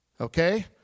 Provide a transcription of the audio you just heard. okay